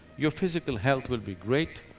your physical health will be great,